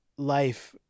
Life